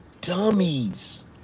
Dummies